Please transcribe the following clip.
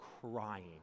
crying